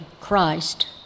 Christ